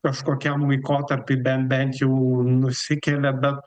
kažkokiam laikotarpiui bent bent jau nusikelia be